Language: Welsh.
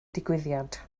digwyddiad